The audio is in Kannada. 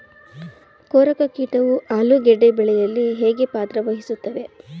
ಕೊರಕ ಕೀಟವು ಆಲೂಗೆಡ್ಡೆ ಬೆಳೆಯಲ್ಲಿ ಹೇಗೆ ಪಾತ್ರ ವಹಿಸುತ್ತವೆ?